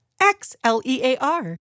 X-L-E-A-R